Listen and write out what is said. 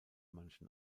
manchen